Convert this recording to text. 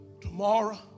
tomorrow